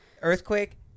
Earthquake